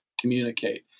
communicate